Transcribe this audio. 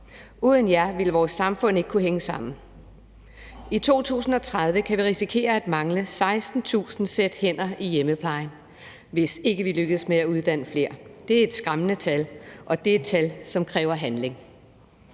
Uden jer ville vores samfund ikke kunne hænge sammen. I 2030 kan vi risikere at mangle 16.000 sæt hænder i hjemmeplejen, hvis ikke vi lykkes med at uddanne flere. Det er et skræmmende tal, og det er et tal, som kræver handling.